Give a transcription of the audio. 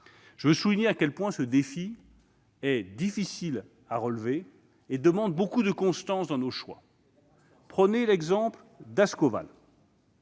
Je veux souligner à quel point ce défi est difficile à relever et demande beaucoup de constance dans nos choix. Surtout de la constance